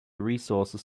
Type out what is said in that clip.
resources